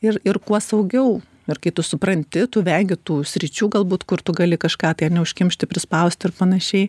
ir ir kuo saugiau ir kai tu supranti tu vengi tų sričių galbūt kur tu gali kažką tai ane neužkimšti prispausti ir panašiai